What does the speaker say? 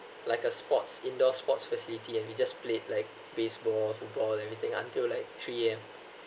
like a sports indoor sports facility and we just played like baseball football everything until like three A_M